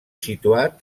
situat